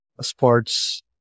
Sports